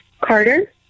Carter